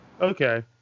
okay